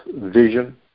vision